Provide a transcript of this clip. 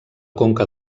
conca